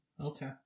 Okay